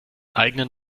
eigenen